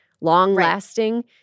long-lasting